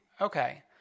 Okay